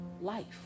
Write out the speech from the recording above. life